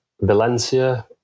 Valencia